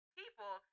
people